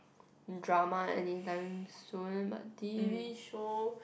drama any time soon but t_v show